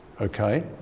okay